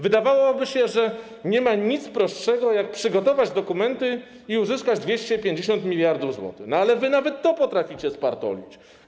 Wydawałoby się, że nie ma nic prostszego jak przygotować dokumenty i uzyskać 250 mld zł, ale wy nawet to potraficie spartolić.